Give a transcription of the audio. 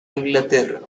inglaterra